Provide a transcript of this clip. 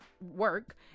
work